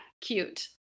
cute